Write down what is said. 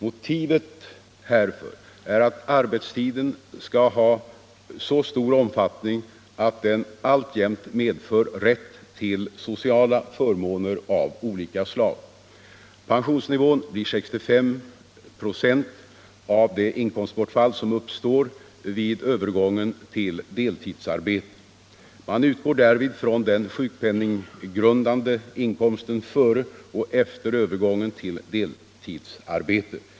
Motivet härför är att arbetstiden skall ha så stor omfattning att den alltjämt medför rätt till sociala förmåner av olika slag. Pensionsnivån blir 65 96 av det inkomstbortfall som uppstår vid övergången till deltidsarbete. Man utgår därvid från den sjukpenninggrundande inkomsten före och efter övergången till deltidsarbete.